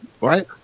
right